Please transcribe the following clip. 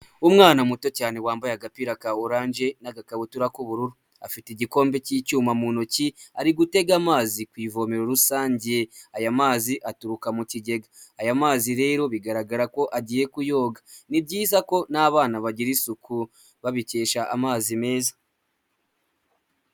Umwana muto cyane wambaye agapira ka oranje n'agakabutura k'ubururu, afite igikombe k'icyuma mu ntoki ari gutega amazi ku ivomero rusange aya mazi aturuka mu kigega, aya mazi rero bigaragara ko agiye kuyoga, ni byiza ko n'abana bagira isuku babikesha amazi meza.